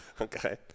Okay